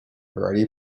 variety